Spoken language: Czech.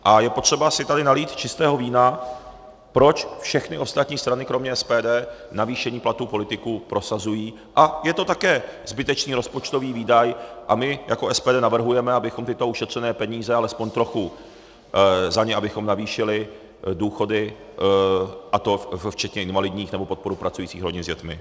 A je potřeba si tady nalít čistého vína, proč všechny ostatní strany kromě SPD navýšení platů politiků prosazují, a je to také zbytečný rozpočtový výdaj a my jako SPD navrhujeme, abychom za tyto ušetřené peníze alespoň trochu navýšili důchody, a to včetně invalidních, anebo podporu pracujících rodin s dětmi.